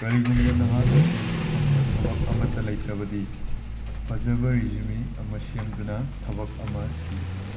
ꯀꯔꯤꯒꯨꯝꯕ ꯅꯥꯍꯛ ꯁꯦꯜ ꯐꯪꯕ ꯊꯕꯛ ꯑꯃꯠꯇ ꯂꯩꯇ꯭ꯔꯕꯗꯤ ꯐꯖꯕ ꯔꯦꯖꯨꯃꯤ ꯑꯃ ꯁꯦꯝꯗꯨꯅ ꯊꯕꯛ ꯑꯃ ꯊꯤꯌꯨ